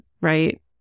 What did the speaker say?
Right